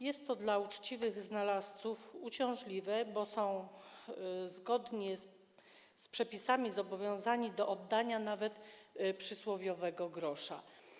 Jest to dla uczciwych znalazców uciążliwe, bo są oni zgodnie z przepisami zobowiązani do oddania nawet przysłowiowego grosza.